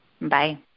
bye